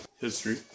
history